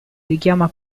richiama